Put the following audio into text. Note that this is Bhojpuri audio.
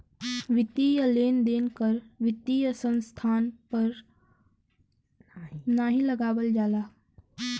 वित्तीय लेन देन कर वित्तीय संस्थान पर नाहीं लगावल जाला